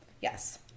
Yes